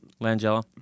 Langella